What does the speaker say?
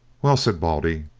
well, said baldy,